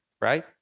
Right